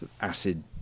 acid